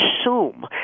assume